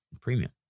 premium